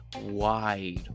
wide